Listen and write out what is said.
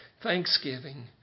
thanksgiving